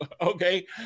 Okay